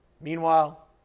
Meanwhile